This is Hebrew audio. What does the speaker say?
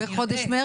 בחודש מרץ?